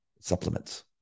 supplements